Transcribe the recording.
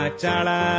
Chala